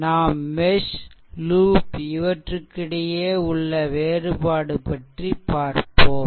நாம் mesh loop இவற்றுக்கிடையே உள்ள வேறுபாடு பற்றி பார்ப்போம்